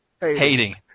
hating